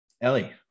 Ellie